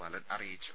ബാലൻ അറിയിച്ചു